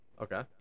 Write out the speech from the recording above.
Okay